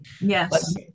Yes